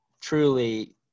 truly